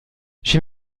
j’ai